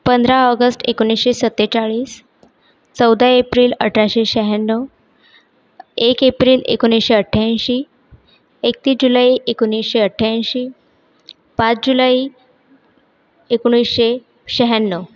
पंधरा ऑगस्ट एकोणीसशे सत्तेचाळीस चौदा एप्रिल अठराशे शहाण्णव एक एप्रिल एकोणीसशे अठ्ठ्याऐंशी एकतीस जुलै एकोणीसशे अठ्ठ्याऐंशी पाच जुलै एकोणीसशे शहाण्णव